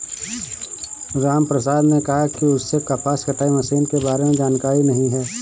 रामप्रसाद ने कहा कि उसे कपास कटाई मशीन के बारे में जानकारी नहीं है